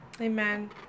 Amen